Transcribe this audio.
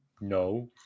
No